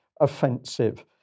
offensive